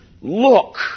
Look